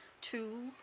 two